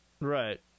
Right